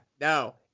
no